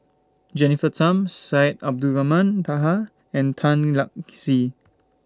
Jennifer Tham Syed Abdulrahman Taha and Tan Lark Sye